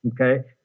okay